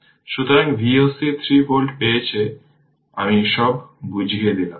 সুতরাং V o c 3 volt পেয়েছে আমি সব বুঝিয়ে বললাম